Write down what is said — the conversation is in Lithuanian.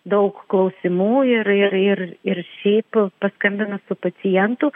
daug klausimų ir ir ir ir šiaip paskambinus su pacientu